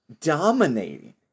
dominating